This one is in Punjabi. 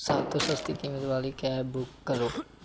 ਸਭ ਤੋਂ ਸਸਤੀ ਕੀਮਤ ਵਾਲੀ ਕੈਬ ਬੁੱਕ ਕਰੋ